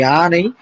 Yani